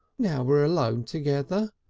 now we're alone together?